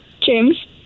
james